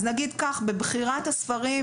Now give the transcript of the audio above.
בכל שנה בבחירת הספרים,